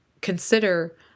consider